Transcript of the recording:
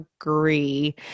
agree